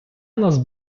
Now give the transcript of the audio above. нас